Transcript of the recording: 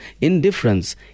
indifference